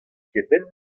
kement